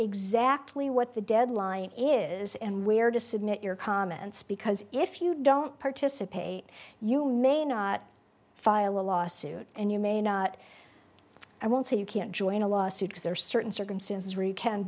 exactly what the deadline is and where to submit your comments because if you don't participate you may not file a lawsuit and you may not i won't say you can't join a lawsuit because there are certain circumstances